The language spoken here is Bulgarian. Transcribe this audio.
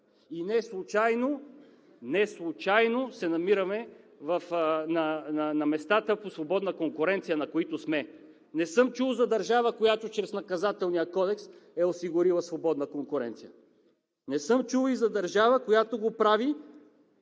Неслучайно се намираме на местата по свободна конкуренция, на които сме. Не съм чул за държава, която чрез Наказателния кодекс е осигурила свободна конкуренция! Не съм чул и за държава, която го прави,